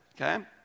okay